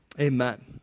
Amen